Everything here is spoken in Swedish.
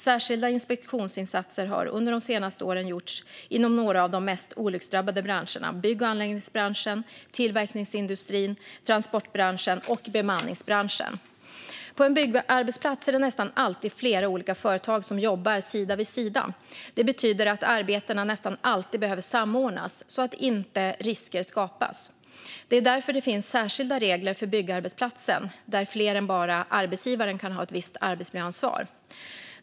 Särskilda inspektionsinsatser har under de senaste åren gjorts inom några av de mest olycksdrabbade branscherna: bygg och anläggningsbranschen, tillverkningsindustrin, transportbranschen och bemanningsbranschen. På en byggarbetsplats är det nästan alltid flera olika företag som jobbar sida vid sida. Det betyder att arbetena nästan alltid behöver samordnas så att inte risker skapas. Det är därför det finns särskilda regler för byggarbetsplatsen, där fler än bara arbetsgivaren kan ha ett visst arbetsmiljöansvar.